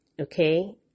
Okay